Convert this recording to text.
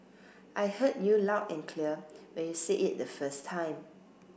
I heard you loud and clear when you said it the first time